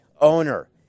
Owner